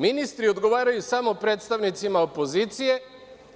Ministri odgovaraju samo predstavnicima opozicije,